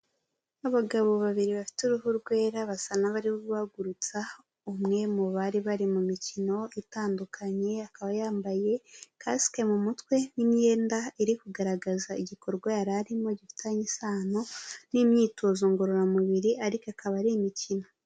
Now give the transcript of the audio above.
Abagabo babiri bafite uruhu rwera basa n'abari guhagurutsa umwe mu bari bari mu mikino itandukanye, akaba yambaye kasike mu mutwe n'imyenda iri kugaragaza igikorwa yari arimo gifitanye isano n'imyitozo ngororamubiri ariko ikaba ari imikino.